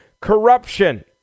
corruption